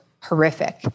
horrific